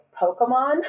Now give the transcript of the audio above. Pokemon